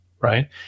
right